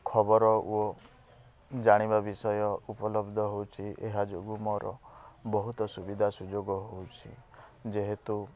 ଖବର ଓ ଜାଣିବା ବିଷୟ ଉପଲବ୍ଧ ହେଉଛି ଏହାଯୋଗୁଁ ମୋର ବହୁତ ସୁବିଧା ସୁଯୋଗ ହେଉଛି ଯେହେତୁ